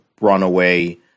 runaway